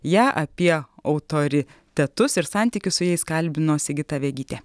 ją apie autoritetus ir santykius su jais kalbino sigita vegytė